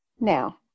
Now